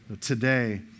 Today